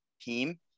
team